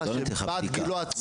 לא, לא נתיחה, בדיקה.